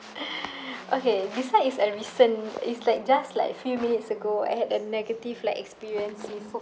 okay this one is a recent it's like just like a few minutes ago I had a negative like experience with